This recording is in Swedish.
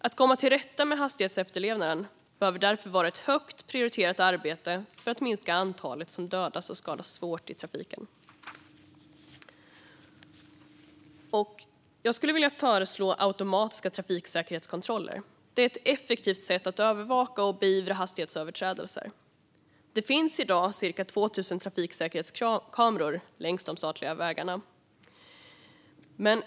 Att komma till rätta med hastighetsefterlevnaden behöver därför vara ett högt prioriterat arbete för att minska antalet som dödas eller skadas svårt i trafiken. Jag skulle vilja föreslå automatiska trafiksäkerhetskontroller, som är ett effektivt sätt att övervaka och beivra hastighetsöverträdelser. Det finns i dag cirka 2 000 trafiksäkerhetskameror längs de statliga vägarna.